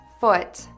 foot